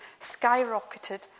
skyrocketed